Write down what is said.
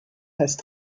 heißt